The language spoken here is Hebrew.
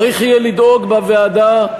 צריך יהיה לדאוג בוועדה,